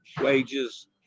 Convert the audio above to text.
wages